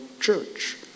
church